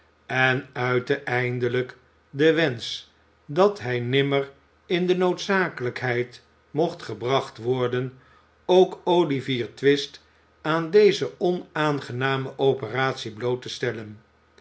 en uitte eindelijk den wensch dat hij nimmer in de noodzakelijkheid mocht gebracht worden ook olivier twist aan deze onaangename operatie bloot te stellen